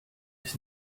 ist